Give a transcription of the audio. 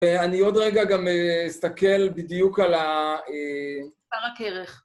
אני עוד רגע גם אסתכל בדיוק על ה... על הכרך.